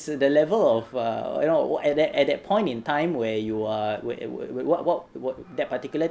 the level of err you know at that at that point in time where you are where what what what that particular